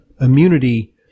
immunity